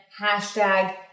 hashtag